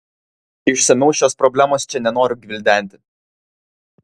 išsamiau šios problemos čia nenoriu gvildenti